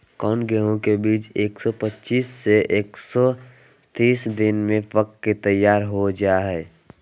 कौन गेंहू के बीज एक सौ पच्चीस से एक सौ तीस दिन में पक के तैयार हो जा हाय?